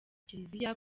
kiriziya